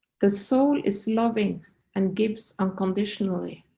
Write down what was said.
the soul is loving and gives unconditionally.